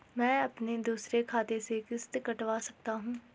मैं अपने दूसरे खाते से किश्त कटवा सकता हूँ?